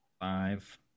five